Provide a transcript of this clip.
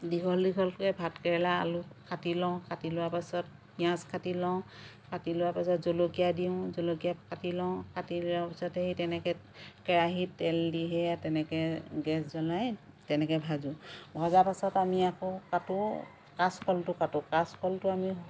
দীঘল দীঘলকৈ ভাত কেৰেলা আলু কাটি লওঁ কাটি লোৱা পাছত পিঁয়াজ কাটি লওঁ কাটি লোৱা পাছত জলকীয়া দিওঁ জলকীয়া কাটি লওঁ কাটি লোৱা পাছত সেই তেনেকে কেৰাহীত তেল দি সেয়া তেনেকে গেছ জ্বলাই তেনেকৈ ভাজোঁ ভজা পাছত আমি আকৌ কাটো কাঁচকলটো কাটো কাঁচকলটো আমি